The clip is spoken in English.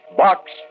Box